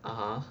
(uh huh)